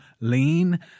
Lean